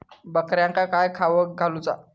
बकऱ्यांका काय खावक घालूचा?